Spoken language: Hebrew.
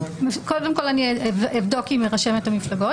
אני אבדוק עם רשמת המפלגות.